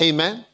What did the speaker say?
Amen